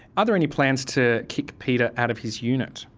are there any plans to kick peter out of his unit?